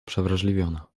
przewrażliwiona